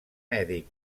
mèdic